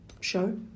show